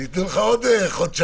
שייתנו לך עוד חודשיים.